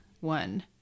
one